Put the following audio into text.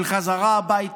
של חזרה הביתה,